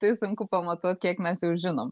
tai sunku pamatuot kiek mes jau žinom